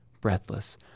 breathless